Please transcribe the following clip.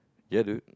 ya dude